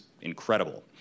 incredible